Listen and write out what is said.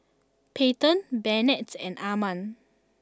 Payton Bennett and Arman